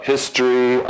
History